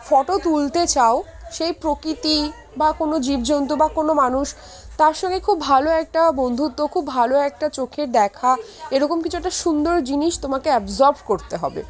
photo তুলতে চাও সেই প্রকৃতি বা কোনো জীবজন্তু বা কোনো মানুষ তার সঙ্গে খুব ভালো একটা বন্ধুত্ব খুব ভালো একটা চোখের দেখা এরকম কিছু একটা সুন্দর জিনিস তোমাকে অ্যাবজর্ব করতে হবে